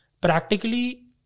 practically